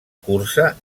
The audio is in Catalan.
cursa